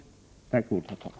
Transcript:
Tack för ordet.